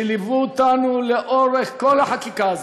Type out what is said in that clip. שליוו אותנו לאורך כל החקיקה זאת,